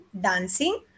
dancing